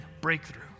breakthrough